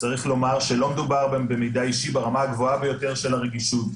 צריך לומר שלא מדובר במידע האישי ברמה הגבוהה ביותר של הרגישות.